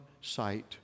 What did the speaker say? sight